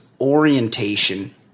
orientation